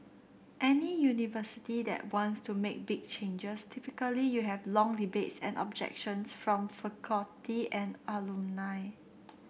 any university that wants to make big changes typically you have long debates and objections from faculty and alumni